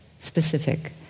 specific